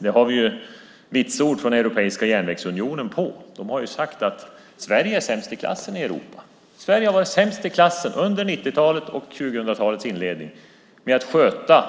Det har vi Europeiska järnvägsunionens vitsord på. De har sagt att Sverige är sämst i klassen i Europa. Under 1990-talet och 2000-talets inledning har vi i Sverige varit sämst i klassen på att sköta